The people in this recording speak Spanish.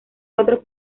cuatro